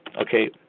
Okay